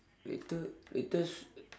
later later s~